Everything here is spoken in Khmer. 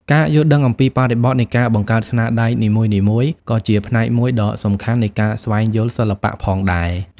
ការយល់ដឹងអំពីបរិបទនៃការបង្កើតស្នាដៃនីមួយៗក៏ជាផ្នែកមួយដ៏សំខាន់នៃការស្វែងយល់សិល្បៈផងដែរ។